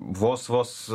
vos vos